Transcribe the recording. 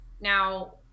now